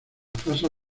falsa